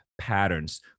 patterns